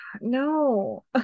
No